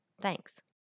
Thanks